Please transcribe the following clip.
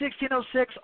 16.06